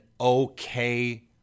okay